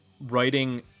writing